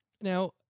Now